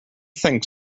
think